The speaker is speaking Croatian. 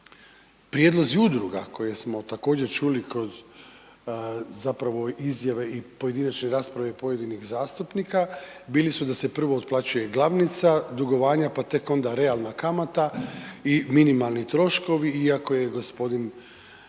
Prijedlozi udruga koje smo također čuli kroz zapravo izjave i pojedinačne rasprave pojedinih zastupnika, bili su da se prvo otplaćuje glavnica dugovanja, pa tek onda realna kamata i minimalni troškovi, iako je g.